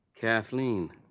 Kathleen